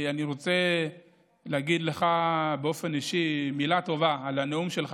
אני רוצה להגיד לך באופן אישי מילה טובה על הנאום שלך